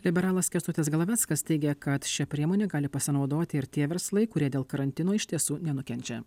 liberalas kęstutis glaveckas teigė kad šia priemone gali pasinaudoti ir tie verslai kurie dėl karantino iš tiesų nenukenčia